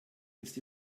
ist